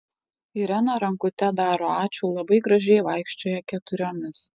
irena rankute daro ačiū labai gražiai vaikščioja keturiomis